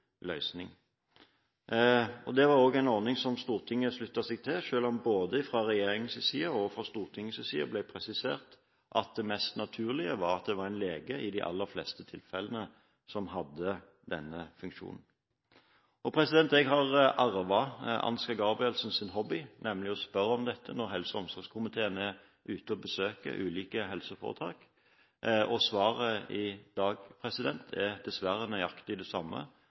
var også en ordning Stortinget sluttet seg til, selv om det både fra regjeringens og Stortingets side ble presisert at det i de aller fleste tilfellene var mest naturlig at det var en lege som skulle ha denne funksjonen. Jeg har arvet Ansgar Gabrielsens hobby, nemlig å spørre om dette når helse- og omsorgskomiteen er ute og besøker ulike helseforetak. Svaret i dag er dessverre nøyaktig det samme